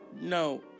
No